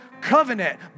Covenant